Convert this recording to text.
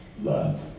love